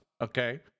Okay